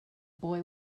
boy